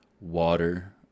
water